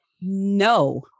no